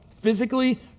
physically